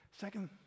Second